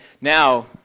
now